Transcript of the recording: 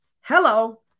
Hello